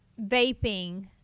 Vaping